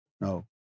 No